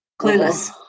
Clueless